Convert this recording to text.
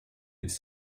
its